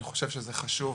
אני חושב שזה חשוב,